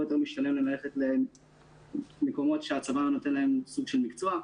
יותר משתלם להם ללכת למקומות שבהם הצבא נותן להם סוג של מקצוע,